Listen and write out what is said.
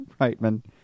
Reitman